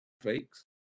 fakes